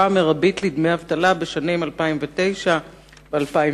המרבית לדמי אבטלה בשנים 2009 ו-2010.